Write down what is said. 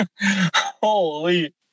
Holy